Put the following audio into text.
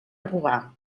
robar